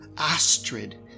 Astrid